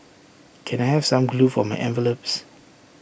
can I have some glue for my envelopes